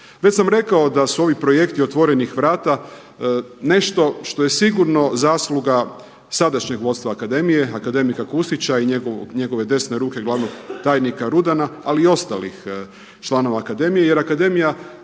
Već sam rekao da su ovi projekti otvorenih vrata nešto što je sigurno zasluga sadašnjeg vodstva akademije, akademika Kusića i njegove desne ruke glavnog tajnika Rudana ali i ostalih članova akademije. Jer akademija